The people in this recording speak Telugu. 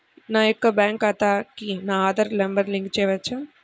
నా యొక్క బ్యాంక్ ఖాతాకి నా ఆధార్ నంబర్ లింక్ చేయవచ్చా?